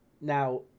Now